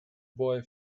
boy